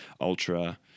ultra